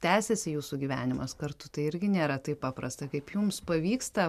tęsiasi jūsų gyvenimas kartu tai irgi nėra taip paprasta kaip jums pavyksta